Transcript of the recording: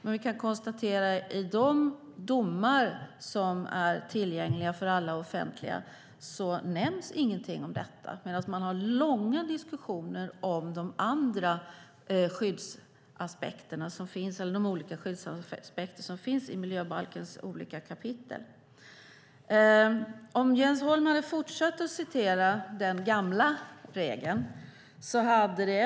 Vi kan dock konstatera att inget om detta nämns i de domar som är offentliga, medan man har långa diskussioner om de andra skyddsaspekter som finns i miljöbalkens olika kapitel. Jens Holm kunde ha fortsatt citera ur den gamla regeln.